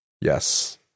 Yes